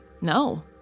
no